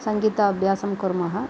सङ्गीताभ्यासं कुर्मः